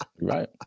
Right